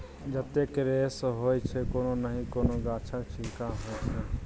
जतेक रेशा होइ छै कोनो नहि कोनो गाछक छिल्के होइ छै